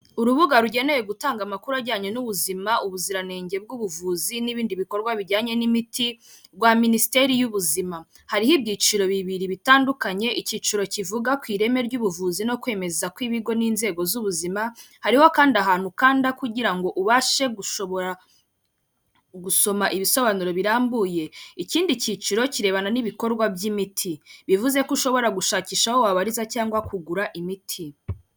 Urubuga rugenewe gutanga amakuru ajyanye n'ubuzima, ubuziranenge bw'ubuvuzi n'ibindi bikorwa bijyanye n'imiti rwa minisiteri y'ubuzima, hariho ibyiciro bibiri bitandukanye, ikiciro kivuga ku ireme ry'ubuvuzi no kwemeza kw'ibigo n'inzego z'ubuzima, hariho kandi ahantu kandi kugira ngo ubashe gushobora gusoma ibisobanuro birambuye, ikindi kiciro kirebana n'ibikorwa by'imiti bivuze ko ushobora gushakisha aho wabariza cyangwa kugura imiti.